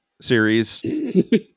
series